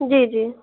जी जी